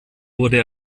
wurde